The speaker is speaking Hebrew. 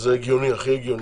זה הכי הגיוני,